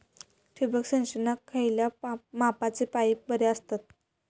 ठिबक सिंचनाक खयल्या मापाचे पाईप बरे असतत?